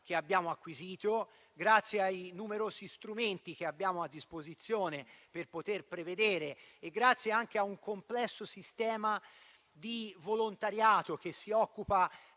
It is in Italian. che abbiamo acquisito, grazie ai numerosi strumenti che abbiamo a disposizione per poterli prevedere e grazie a un complesso sistema di volontariato che si occupa